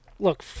Look